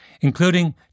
including